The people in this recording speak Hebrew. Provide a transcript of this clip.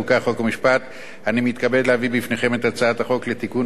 אני מתכבד להביא בפניכם את הצעת החוק לתיקון פקודת הראיות (מס'